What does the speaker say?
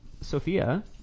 Sophia